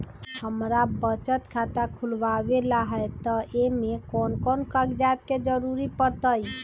हमरा बचत खाता खुलावेला है त ए में कौन कौन कागजात के जरूरी परतई?